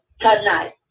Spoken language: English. tonight